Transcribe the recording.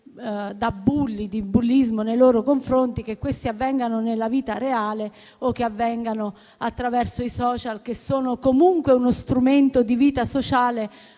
di bullismo nei loro confronti, sia che questi avvengano nella vita reale che attraverso i *social*, che sono comunque uno strumento di vita sociale